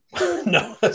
No